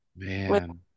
man